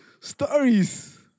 Stories